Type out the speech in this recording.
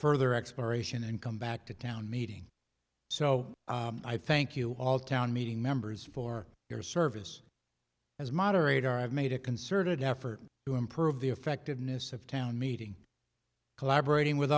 further exploration and come back to town meeting so i thank you all town meeting members for their service as moderator i've made a concerted effort to improve the effectiveness of town meeting collaborating with